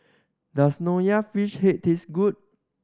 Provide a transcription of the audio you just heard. does fish head taste good